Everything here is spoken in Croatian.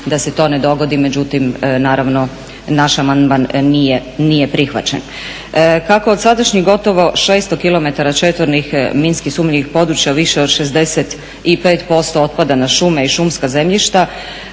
da se to ne dogodi, međutim naravno naš amandman nije prihvaćen. Kako od sadašnjih gotovo 600 km četvornih minski sumnjivih područja više od 65% otpada na šume i šumska zemljišta